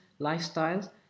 lifestyles